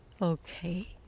Okay